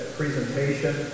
presentation